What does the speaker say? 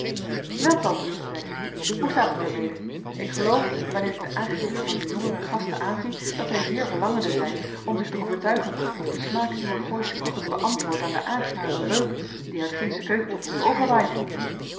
wel tante zeide ik hoe staat het er mede ik geloof wanneer ik de aangezichten van uw jongere gasten aanzie dat zij zeer verlangende zijn om zich te overtuigen of de smaak uwer gooische koeken beantwoordt aan den aangenamen reuk die uit gindsche keuken tot ons overwaait